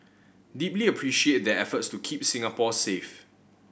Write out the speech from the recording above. deeply appreciate their efforts to keep Singapore safe